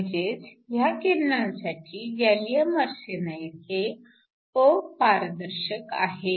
म्हणजेच ह्या किरणांसाठी गॅलीअम आर्सेनाईड हे अपारदर्शक आहे